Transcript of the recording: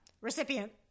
Recipient